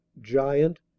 giant